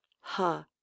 ha